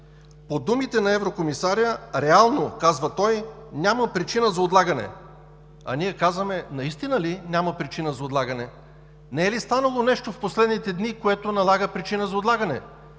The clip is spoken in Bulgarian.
От думите на еврокомисаря – реално, казва той, няма причина за отлагане. А ние казваме: наистина ли няма причина за отлагане? Не е ли станало нещо в последните дни, което налага причина за отлагане?